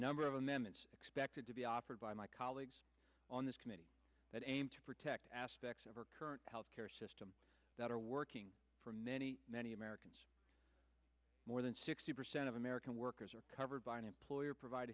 number of amendments expected to be offered by my colleagues on this committee that aim to protect aspects of our current health care system that are working for many many americans more than sixty percent of american workers are covered by an employer provide